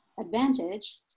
advantage